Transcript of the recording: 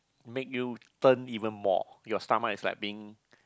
make you turn even more your stomach is like being